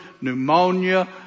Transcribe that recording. pneumonia